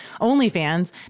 OnlyFans